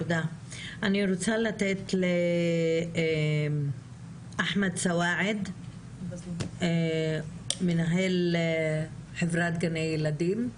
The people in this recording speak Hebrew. אני רוצה לתת לאחמד סואעד מנהל חברת גני ילדים.